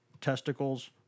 testicles